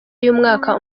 y’umwaka